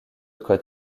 code